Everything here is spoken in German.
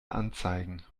anzeigen